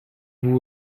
vous